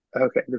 Okay